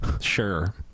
Sure